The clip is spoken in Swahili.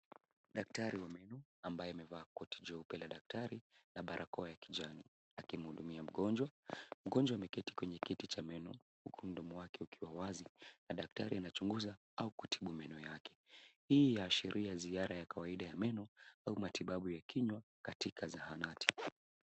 Daktari wa meno, ambaye amevaa koti jeupe la daktari na barakoa ya kijani, akimhudumia mgonjwa. Mgonjwa ameketi kwenye kiti cha meno huku mdomo wake ukiwa wazi na daktari anachunguza au kutibu meno yake. Hii yaashiria ziara ya kawaida ya meno au matibabu ya kinywa, katika zahanati.